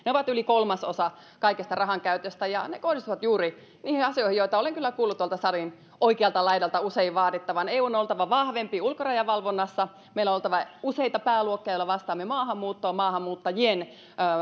ne ovat yli kolmasosa kaikesta rahankäytöstä ja ne kohdistuvat juuri niihin asioihin joita olen kyllä kuullut tuolta salin oikealta laidalta usein vaadittavan eun on oltava vahvempi ulkorajavalvonnassa meillä on oltava useita pääluokkia joilla vastaamme maahanmuuttoon maahanmuuttajien